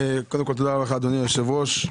קודם כל תודה לך, אדוני היושב ראש.